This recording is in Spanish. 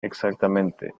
exactamente